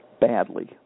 badly